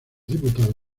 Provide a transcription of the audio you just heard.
diputados